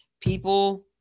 people